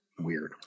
Weird